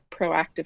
proactive